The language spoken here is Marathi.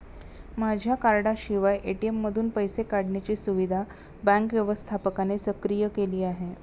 माझ्या कार्डाशिवाय ए.टी.एम मधून पैसे काढण्याची सुविधा बँक व्यवस्थापकाने सक्रिय केली आहे